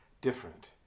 different